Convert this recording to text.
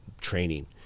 training